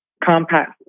compact